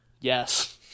yes